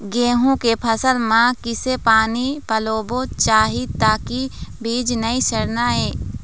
गेहूं के फसल म किसे पानी पलोना चाही ताकि बीज नई सड़ना ये?